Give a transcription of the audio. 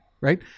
right